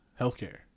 healthcare